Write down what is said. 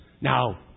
Now